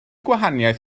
gwahaniaeth